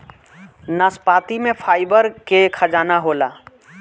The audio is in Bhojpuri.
नाशपाती में फाइबर के खजाना होला